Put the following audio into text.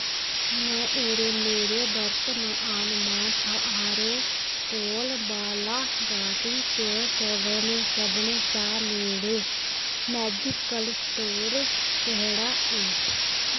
मे रे मेरे वर्त मा न मान थाह्रै कोल बालाघाटी च सभनें शा नेड़ै मैडिकल स्टोर केह्ड़ा ऐ